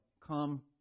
come